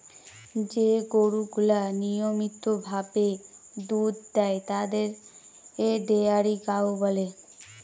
যে গরুগুলা নিয়মিত ভাবে দুধ দেয় তাদের ডেয়ারি কাউ বলে